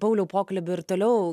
pauliau pokalbį ir toliau